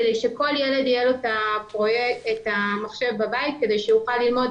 כדי שלכל ילד יהיה את המחשב בבית כדי שהוא יוכלל למוד